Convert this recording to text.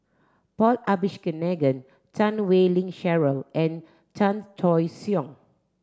Paul Abisheganaden Chan Wei Ling Cheryl and Chan Choy Siong